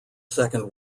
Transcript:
second